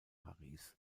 paris